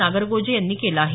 नागरगोजे यांनी केलं आहे